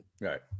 Right